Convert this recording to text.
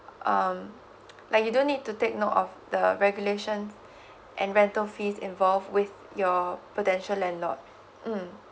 um like you don't need to take note of the regulations and rental fees involved with your potential landlord mm